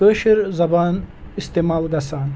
کٲشِر زَبان استعمال گَژھان